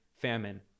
famine